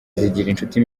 zigirinshuti